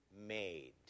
made